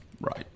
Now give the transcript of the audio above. Right